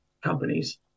companies